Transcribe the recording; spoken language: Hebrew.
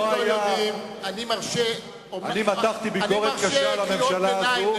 אני מתחתי ביקורת קשה מאוד על הממשלה הזאת,